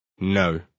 No